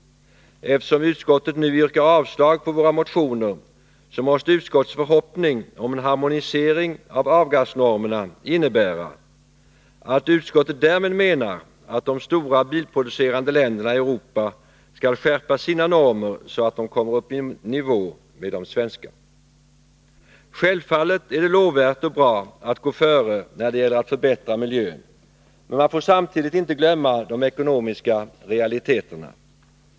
Eftersom utskottet nu yrkar avslag på våra motioner, måste utskottets förhoppning om en harmonisering av avgasnormerna innebära att de stora bilproducerande länderna i Europa skall skärpa sina normer så att de kommer upp i nivå med de svenska. Självfallet är det lovvärt och bra att gå före när det gäller att förbättra miljön, men man får samtidigt inte glömma de ekonomiska realiteterna.